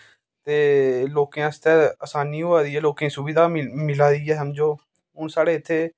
ते लोकें आस्तै आसानी होआ दी ऐ लोकें सुविधा मिला दी ऐ समझो हून साढ़े इत्थे